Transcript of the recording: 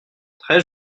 très